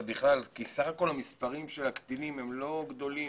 ובכלל כי הכול המספרים של הקטינים הם לא גדולים